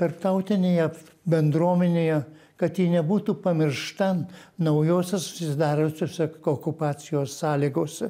tarptautinėje bendruomenėje kad ji nebūtų pamiršta naujosiose susidariusiose kookupacijos sąlygose